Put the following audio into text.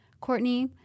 Courtney